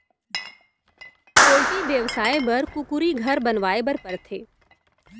poultry बेवसाय बर कुकुरी घर बनवाए बर परथे